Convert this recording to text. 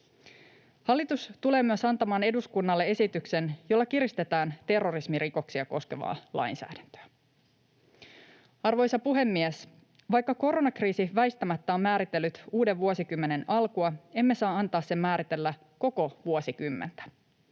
Hallitus tulee myös antamaan eduskunnalle esityksen, jolla kiristetään terrorismirikoksia koskevaa lainsäädäntöä. Arvoisa puhemies! Vaikka koronakriisi väistämättä on määritellyt uuden vuosikymmenen alkua, emme saa antaa sen määritellä koko vuosikymmentä.